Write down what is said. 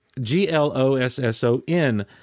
G-L-O-S-S-O-N